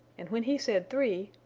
and when he said three!